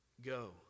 Go